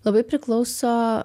labai priklauso